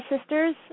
sisters